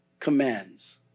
commands